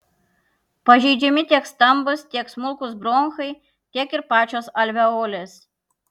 pažeidžiami tiek stambūs tiek smulkūs bronchai tiek ir pačios alveolės